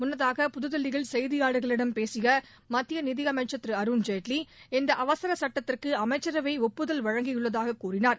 முன்னதாக புதுதில்லியில் செய்தியாளர்களிடம் பேசிய மத்திய நிதியமைச்சர் திரு அருண்ஜேட்லி இந்த அவசர சுட்டத்திற்கு அமைச்சரவை ஒப்புதல் அளித்துள்ளதாக கூறினார்